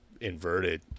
inverted